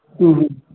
ꯎꯝ